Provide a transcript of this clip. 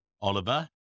Oliver